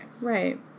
Right